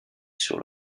sur